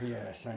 Yes